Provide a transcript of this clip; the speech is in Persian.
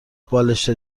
بالشت